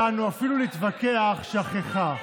היכולת שלנו אפילו להתווכח שככה.